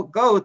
go